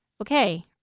Okay